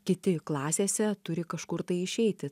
kiti klasėse turi kažkur tai išeiti